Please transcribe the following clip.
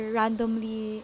randomly